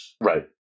Right